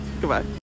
goodbye